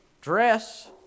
dress